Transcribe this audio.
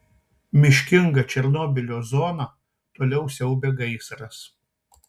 miškingą černobylio zoną toliau siaubia gaisras